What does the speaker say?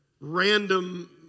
random